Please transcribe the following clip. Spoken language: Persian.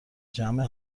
جمع